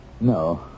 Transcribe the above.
No